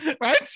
Right